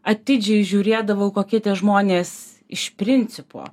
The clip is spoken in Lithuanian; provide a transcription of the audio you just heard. atidžiai žiūrėdavau kokie tie žmonės iš principo